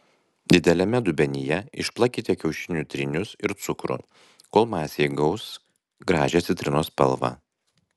dideliame dubenyje išplakite kiaušinių trynius ir cukrų kol masė įgaus gražią citrinos spalvą